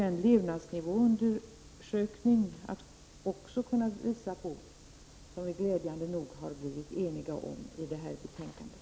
Den levnadsnivåundersökning som skall göras och som vi, som framgår av betänkandet, glädjande nog nu är eniga om kommer säkert också att visa på detta.